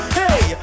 hey